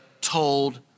told